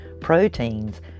proteins